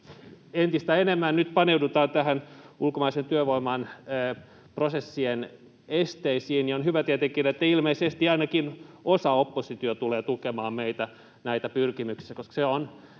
entistä enemmän paneudutaan näihin ulkomaisen työvoiman prosessien esteisiin, niin on hyvä tietenkin, että ilmeisesti ainakin osa oppositiosta tulee tukemaan meitä näissä pyrkimyksissä, koska se on